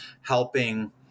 helping